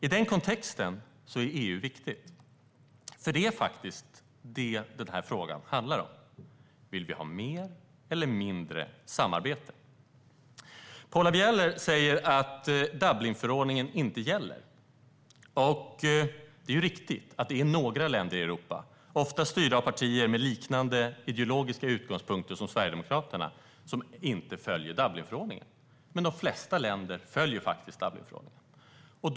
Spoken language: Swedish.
I den kontexten är EU viktigt, för vad den här frågan faktiskt handlar om är om vi vill ha mer eller mindre samarbete. Paula Bieler säger att Dublinförordningen inte gäller. Det är riktigt att det är några länder i Europa, ofta styrda av partier med liknande ideologiska utgångspunkter som Sverigedemokraterna, som inte följer Dublinförordningen. Men de flesta länder följer Dublinförordningen.